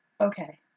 Okay